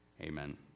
Amen